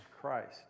Christ